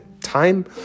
time